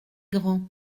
grand